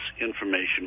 information